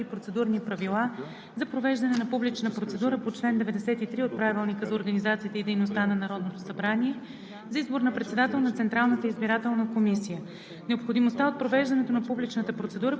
На свое заседание, проведено на 23 септември 2020 г., Комисията по правни въпроси обсъди Процедурни правила за провеждане на публична процедура по чл. 93 от Правилника за организацията и дейността на Народното събрание